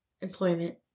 employment